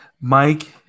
Mike